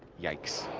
yikes.